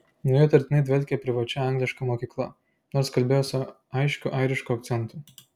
nuo jo įtartinai dvelkė privačia angliška mokykla nors kalbėjo su aiškiu airišku akcentu